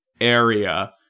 area